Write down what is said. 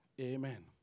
Amen